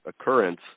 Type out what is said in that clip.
occurrence